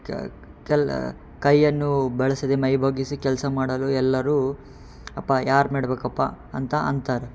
ಕೈಯನ್ನು ಬಳಸದೆ ಮೈ ಬಗ್ಗಿಸಿ ಕೆಲಸ ಮಾಡಲು ಎಲ್ಲರೂ ಅಪ್ಪ ಯಾರು ಮಾಡಬೇಕಪ್ಪ ಅಂತ ಅಂತಾರೆ